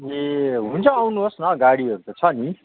ए हुन्छ आउनुहोस् न गाडीहरू त छ नि